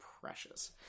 precious